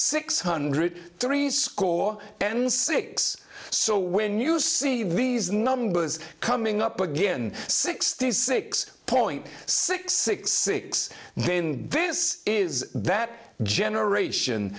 six hundred threescore and six so when you see these numbers coming up again sixty six point six six six then this is that generation